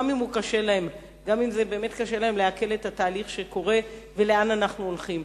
גם אם קשה להם לעכל את התהליך שקורה ולאן אנחנו הולכים.